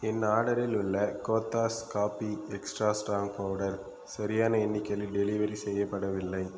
என் ஆர்டரில் உள்ள Cothas coffee extra strong powder சரியான எண்ணிக்கையில் டெலிவரி செய்யப்படவில்லை